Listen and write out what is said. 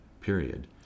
period